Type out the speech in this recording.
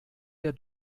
der